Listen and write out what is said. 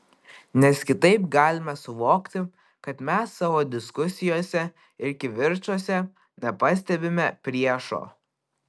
nes kitaip galime suvokti kad mes savo diskusijose ir kivirčuose nepastebime priešo